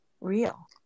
real